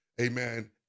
amen